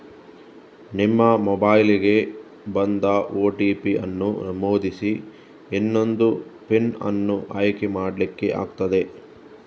ನಿಮ್ಮ ಮೊಬೈಲಿಗೆ ಬಂದ ಓ.ಟಿ.ಪಿ ಅನ್ನು ನಮೂದಿಸಿ ಇನ್ನೊಂದು ಪಿನ್ ಅನ್ನು ಆಯ್ಕೆ ಮಾಡ್ಲಿಕ್ಕೆ ಆಗ್ತದೆ